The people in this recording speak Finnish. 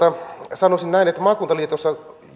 sanoisin näin että maakuntaliitossa